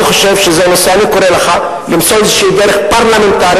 אני קורא לך למצוא איזו דרך פרלמנטרית